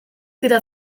dira